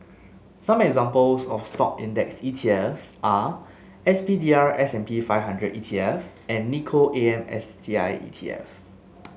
examples of Stock index E T F S are S P D R S five hundred E T F and Nikko A M S T I E T F